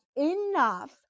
enough